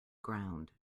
ground